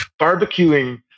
barbecuing